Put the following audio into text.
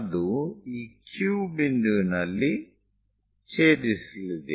ಅದು ಈ Q ಬಿಂದುವಿನಲ್ಲಿ ಛೇದಿಸಲಿದೆ